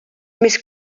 més